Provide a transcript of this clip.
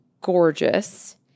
gorgeous